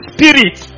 Spirit